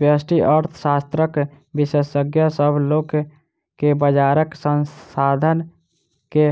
व्यष्टि अर्थशास्त्रक विशेषज्ञ, सभ लोक के बजारक संसाधन के